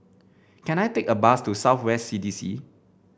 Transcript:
can I take a bus to South West C D C